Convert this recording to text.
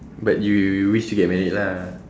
but you you you wish to get married lah